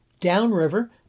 Downriver